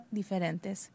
diferentes